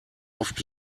oft